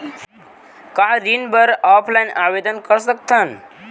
का ऋण बर ऑफलाइन आवेदन कर सकथन?